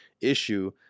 issue